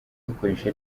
kugakoresha